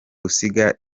gusiga